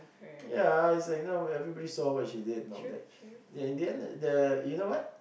ya it's like you know everybody saw what she did and all that ya in the end like the you know what